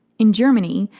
in germany,